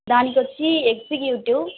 దానికి వచ్చి ఎగ్జిక్యూటివ్